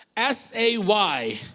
S-A-Y